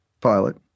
pilot